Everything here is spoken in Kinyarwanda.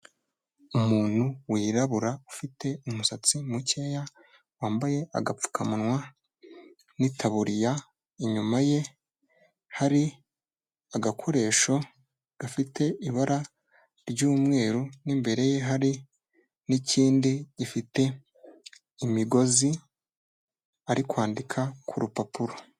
Umuntu wirabura ufite umusatsi mukeya, wambaye agapfukamunwa n'itaburiya, inyuma ye hari agakoresho gafite ibara ry'umweru, n'imbere ye hari n'ikindi gifite imigozi ari kwandika ku rupapuro.